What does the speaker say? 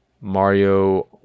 Mario